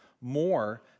more